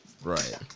Right